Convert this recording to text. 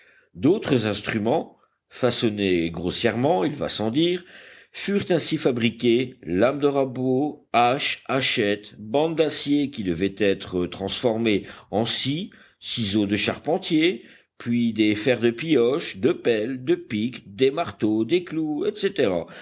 d'autres instruments façonnés grossièrement il va sans dire furent ainsi fabriqués lames de rabot haches hachettes bandes d'acier qui devaient être transformées en scies ciseaux de charpentier puis des fers de pioche de pelle de pic des marteaux des clous etc